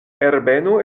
herbeno